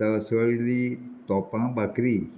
तसवळिली तोपां बाकरी